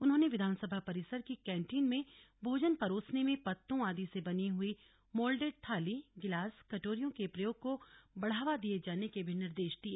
उन्होंने विधानसभा परिसर की कैंटीन में भोजन परोसने में पत्तों आदि से बनी हुई मोल्डेड थाली गिलास कटोरियों के प्रयोग को बढ़ावा दिए जाने के भी निर्देश दिए